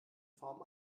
form